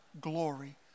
glory